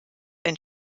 ein